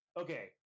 Okay